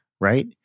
right